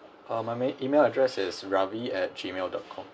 um I mail email address is Ravi at gmail dot com